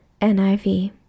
NIV